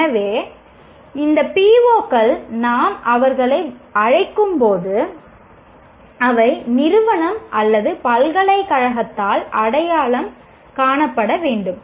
எனவே இந்த PO கள் நாம் அவர்களை அழைக்கும்போது அவை நிறுவனம் அல்லது பல்கலைக்கழகத்தால் அடையாளம் காணப்பட வேண்டும்